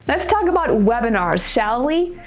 let's talk about webinars, shelly.